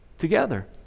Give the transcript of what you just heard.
together